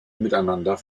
miteinander